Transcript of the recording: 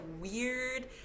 weird